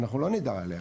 אחנון לא נדע עליה